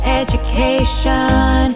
education